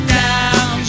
down